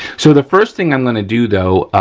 so, the first thing i'm gonna do, though,